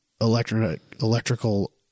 electrical